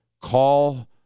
call